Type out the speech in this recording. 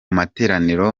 materaniro